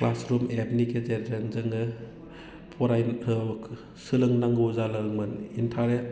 classroom एपनि गेजेरजों जोङो फराय सोलोंनांगौ जादोंमोन ओमफ्राय